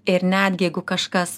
ir netgi jeigu kažkas